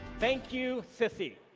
thank you, sissie.